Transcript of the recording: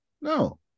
No